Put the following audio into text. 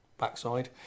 Backside